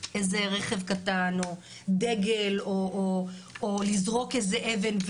איזה רכב קטן או דגל או לזרוק איזה אבן.